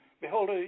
Behold